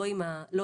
לא עם התקנות,